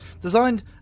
designed